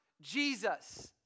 Jesus